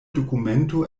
dokumento